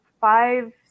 Five